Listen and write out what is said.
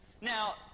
Now